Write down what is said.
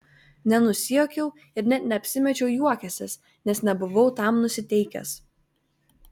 nenusijuokiau ir net neapsimečiau juokiąsis nes nebuvau tam nusiteikęs